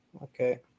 Okay